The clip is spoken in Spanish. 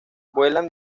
vuelan